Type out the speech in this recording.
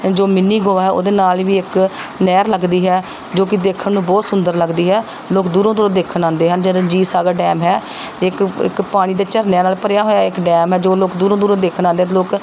ਜੋ ਮਿੰਨੀ ਗੋਆ ਹੈ ਉਹਦੇ ਨਾਲ ਵੀ ਇੱਕ ਨਹਿਰ ਲੱਗਦੀ ਹੈ ਜੋ ਕਿ ਦੇਖਣ ਨੂੰ ਬਹੁਤ ਸੁੰਦਰ ਲੱਗਦੀ ਹੈ ਲੋਕ ਦੂਰੋਂ ਦੂਰ ਦੇਖਣ ਆਉਂਦੇ ਹਨ ਜੋ ਰਣਜੀਤ ਸਾਗਰ ਡੈਮ ਹੈ ਇੱਕ ਇੱਕ ਪਾਣੀ ਦੇ ਝਰਨਿਆਂ ਨਾਲ ਭਰਿਆ ਹੋਇਆ ਇੱਕ ਡੈਮ ਹੈ ਜੋ ਲੋਕ ਦੂਰੋਂ ਦੂਰੋਂ ਦੇਖਣ ਆਉਂਦੇ ਲੋਕ